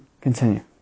Continue